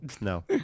No